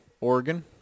Oregon